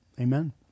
Amen